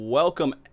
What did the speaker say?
Welcome